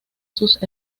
sus